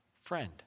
friend